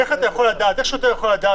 איך שוטר יכול לדעת,